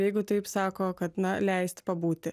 jeigu taip sako kad na leisti pabūti